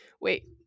wait